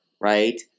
right